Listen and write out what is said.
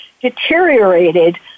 deteriorated